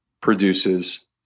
produces